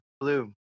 Blue